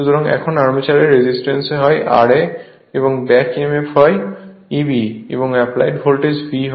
সুতরাং এখানে আর্মেচারের রেজিস্ট্যান্স হয় ra ব্যাক emf হয় Eb এবং অ্যাপ্লাইড ভোল্টেজ V হয়